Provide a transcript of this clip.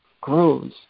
grows